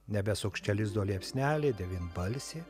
nebesuks čia lizdo liepsnelė devynbalsė